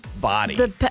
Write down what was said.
body